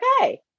Okay